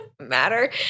Matter